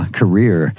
career